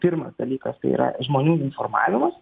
pirmas dalykas tai yra žmonių informavimas